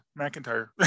McIntyre